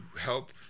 help